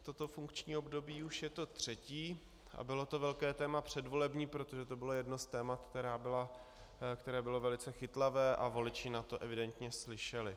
Toto funkční období už je to třetí a bylo to velké téma předvolební, protože to bylo jedno z témat, které bylo velice chytlavé a voliči na to evidentně slyšeli.